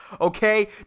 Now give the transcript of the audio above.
Okay